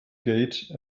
gate